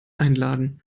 einladen